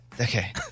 Okay